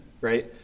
right